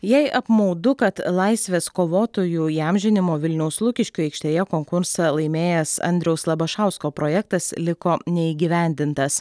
jai apmaudu kad laisvės kovotojų įamžinimo vilniaus lukiškių aikštėje konkursą laimėjęs andriaus labašausko projektas liko neįgyvendintas